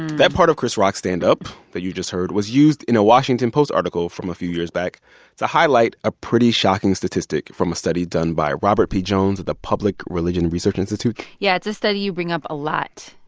that part of chris rock's stand-up that you just heard was used in a washington post article from a few years back to highlight a pretty shocking statistic from a study done by robert p. jones of the public religion research institute yeah. it's a study you bring up a lot.